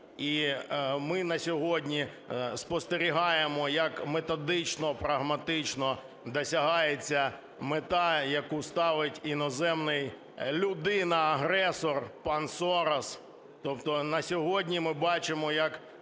І ми на сьогодні спостерігаємо, як методично, прагматично досягається мета, яку ставить іноземний людина-агресор пан Сорос. Тобто на сьогодні ми бачимо, як